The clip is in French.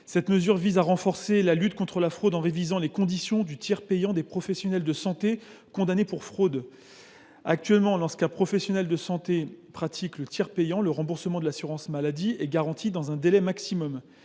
rédigé. Il vise à renforcer la lutte contre la fraude en révisant les conditions du tiers payant des professionnels de santé condamnés pour fraude. Actuellement, lorsqu’un professionnel de santé pratique le tiers payant, le remboursement par l’assurance maladie est garanti dans la limite